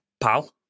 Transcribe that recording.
pal